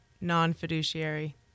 non-fiduciary